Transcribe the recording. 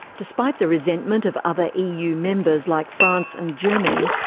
despite the resentment of other eu members like france and germany,